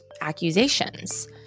accusations